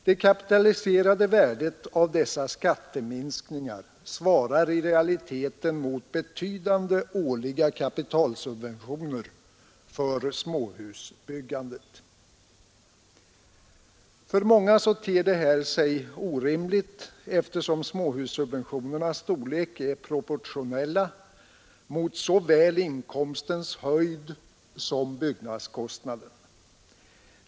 Det kapitaliserade värdet av dessa skatteminskningar svarar i realiteten mot betydande årliga kapitalsubventioner för småhusbyggandet. För många ter sig detta orimligt eftersom småhussubventionerna till sin storlek är proportionella mot såväl inkomsten som byggnadskostnaden/låneskulden.